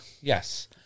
Yes